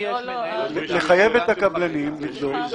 נחייב את הקבלנים לבדוק.